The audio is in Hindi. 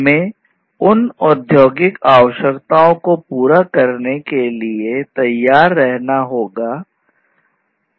हमें उन औद्योगिक आवश्यकताओं को पूरा करने के लिए तैयार रहना होगा